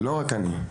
לא רק אני,